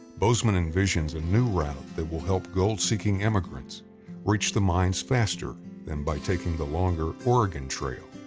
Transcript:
bozeman envisions a new route that will help gold-seeking emigrants reach the mines faster than by taking the longer oregon trail,